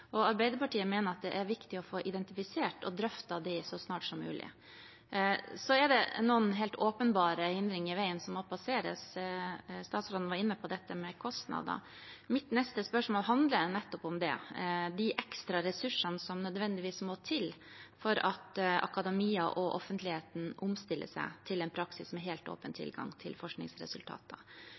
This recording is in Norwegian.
og Arbeiderpartiet mener at det er viktig å få identifisert og drøftet det så snart som mulig. Så er det noen helt åpenbare hindringer i veien som må passeres. Statsråden var inne på dette med kostnader. Mitt neste spørsmål handler nettopp om det, de ekstra ressursene som nødvendigvis må til for at akademia og offentligheten omstiller seg til en praksis med helt åpen tilgang til forskningsresultater.